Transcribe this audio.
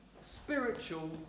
spiritual